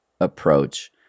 approach